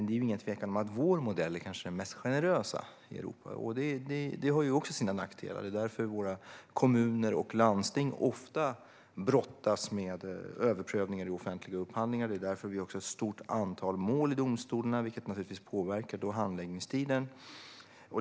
Det är ingen tvekan om att vår modell kanske är den mest generösa i Europa, vilket också har sina nackdelar. Det är därför våra kommuner och landsting ofta brottas med överprövningar i offentliga upphandlingar. Det är också därför vi har ett stort antal mål i domstolar, vilket naturligtvis påverkar handläggningstiden.